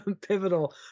pivotal